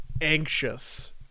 anxious